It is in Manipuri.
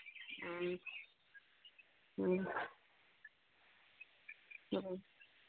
ꯎꯝ ꯎꯝ ꯎꯝ